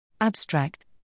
Abstract